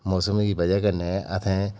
मौसम दी बजह नै असें